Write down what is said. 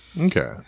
Okay